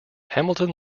hamilton